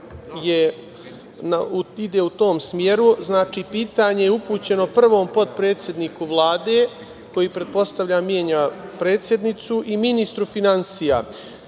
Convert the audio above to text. ide u tom smeru. Pitanje je upućeno prvom potpredsedniku Vlade, koji pretpostavljam menja predsednicu, i ministru finansija.